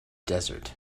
desert